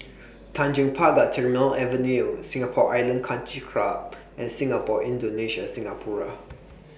Tanjong Pagar Terminal Avenue Singapore Island Country Club and Singapore Indonesia Singapura